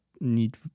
need